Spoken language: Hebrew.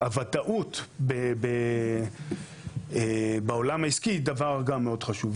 הוודאות בעולם העסקי היא דבר גם מאוד חשוב.